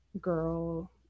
girl